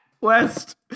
West